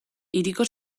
hiriko